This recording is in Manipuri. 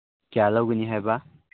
ꯀꯌꯥ ꯂꯧꯒꯅꯤ ꯍꯥꯏꯕ